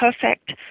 perfect